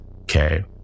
Okay